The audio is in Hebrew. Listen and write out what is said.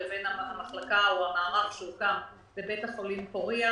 לבין המערך שהוקם בבית החולים פורייה.